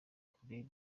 kure